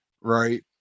right